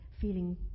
feeling